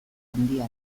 handia